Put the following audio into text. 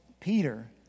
Peter